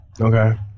Okay